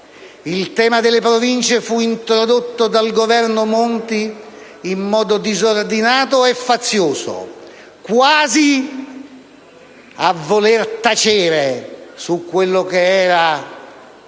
il tema delle Province fu introdotto dal Governo Monti in modo disordinato e fazioso, quasi a voler tacere su quello che era il malato